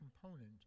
component